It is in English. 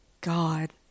god